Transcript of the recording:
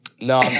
no